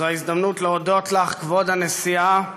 זאת ההזדמנות להודות לך, כבוד הנשיאה,